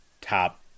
top